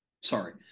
sorry